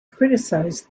criticised